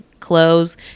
clothes